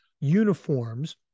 uniforms